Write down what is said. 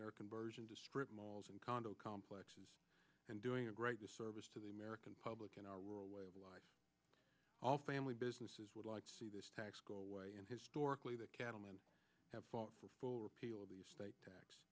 their conversion to strip malls and condo complexes and doing a great disservice to the american public in our world way of life all family businesses would like to see this tax go away and historically the cattlemen have fought for full repeal of the estate tax